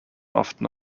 often